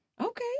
Okay